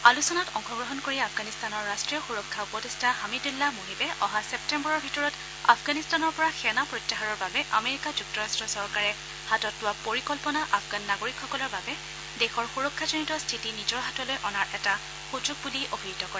আলোচনাত অংশগ্ৰহণ কৰি আফগানিস্তানৰ ৰাষ্ট্ৰীয় সুৰক্ষা উপদেষ্টা হামিদুল্লাহ মোহিবে অহা ছেপ্তেম্বৰৰ ভিতৰত আফগানিস্তানৰ পৰা সেনা প্ৰত্যাহাৰৰ বাবে আমেৰিকা যুক্তৰাষ্ট চৰকাৰে হাতত লোৱা পৰিকল্পনা আফগান নাগৰিকসকলৰ বাবে দেশৰ সুৰক্ষাজনিত স্থিতি নিজৰ হাতলৈ অনাৰ এটা সুযোগ বুলি অভিহিত কৰে